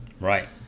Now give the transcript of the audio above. right